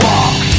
Walk